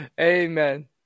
Amen